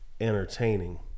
entertaining